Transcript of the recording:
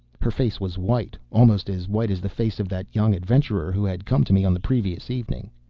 her face was white, almost as white as the face of that young adventurer who had come to me on the previous evening.